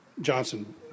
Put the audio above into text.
Johnson